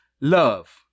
love